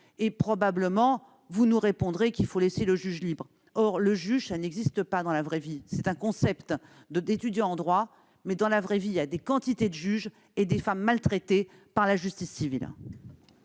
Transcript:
probablement qu'il faut laisser le juge libre. Or « le juge » n'existe pas dans la vraie vie : c'est un concept d'étudiants en droit. Dans la vraie vie, il y a des quantités de juges et des femmes maltraitées par la justice civile